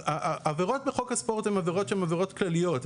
העבירות בחוק הספורט הן עבירות שהן עבירות כלליות.